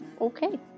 okay